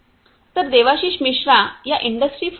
तर देवाशीष मिश्रा या इंडस्ट्री 4